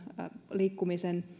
liikkumisen